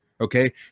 Okay